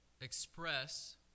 express